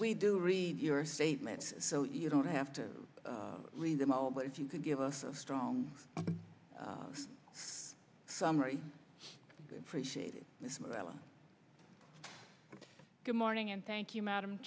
we do read your statements so you don't have to read them all but if you could give us a strong so i'm very appreciative and good morning and thank you madam